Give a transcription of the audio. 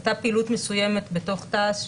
הייתה פעילות מסוימת בתוך תע"ש,